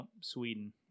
Sweden